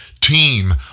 team